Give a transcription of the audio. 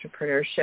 entrepreneurship